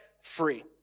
free